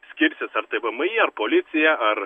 skirsis ar tai vmi ar policija ar